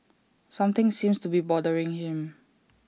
something seems to be bothering him